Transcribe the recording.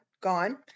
gone